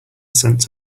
sense